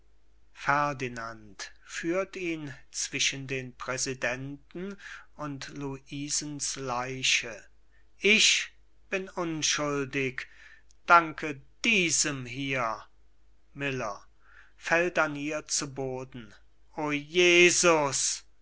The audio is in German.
ferdinand führt ihn zwischen den präsident und luisens leiche ich bin unschuldig danke diesem hier miller fällt an ihr zu boden o jesus